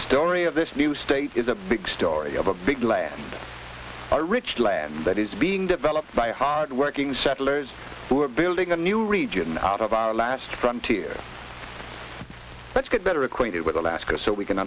story of this new state is a big story of a big land a rich land that is being developed by hardworking settlers who are building a new region out of our last frontier let's get better acquainted with alaska so we can